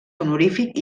honorífic